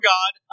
God